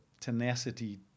tenacity